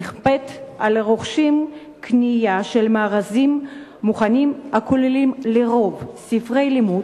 נכפית על רוכשים קנייה של מארזים מוכנים הכוללים על-פי רוב